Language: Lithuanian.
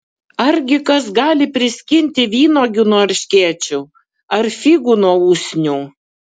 argi kas gali priskinti vynuogių nuo erškėčių ar figų nuo usnių